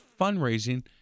Fundraising